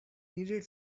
needed